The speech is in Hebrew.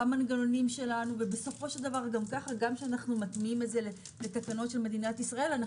גם כשאנחנו מטמיעים את זה לתקנות של מדינת ישראל,